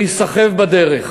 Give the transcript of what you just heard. להיסחב בדרך.